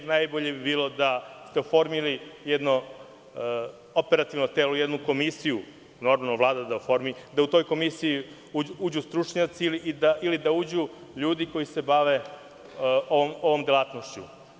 Najbolje bi bilo da ste oformili jedno operativno telo, jednu komisiju, normalno Vlada da oformi i da u tu komisiju uđu stručnjaci ili da uđu ljudi koji se bave ovom delatnošću.